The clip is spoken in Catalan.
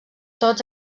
tots